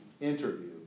interview